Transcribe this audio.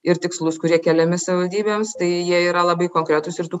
ir tikslus kurie keliami savivaldybėms tai jie yra labai konkretūs ir tų